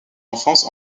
enfance